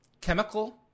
chemical